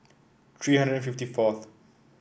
three hundred and fifty four